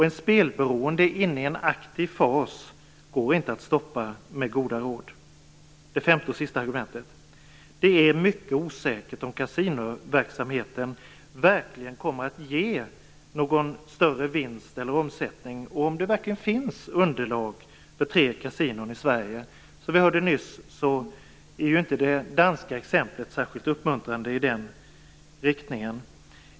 En spelberoende som är inne i en aktiv fas går inte att stoppa med goda råd. Det är mycket osäkert om kasinoverksamheten verkligen kommer att ge någon större vinst eller omsättning och om det finns underlag för tre kasinon i Sverige. Vi hörde nyss att det danska exemplet inte är särskilt uppmuntrande i den riktningen.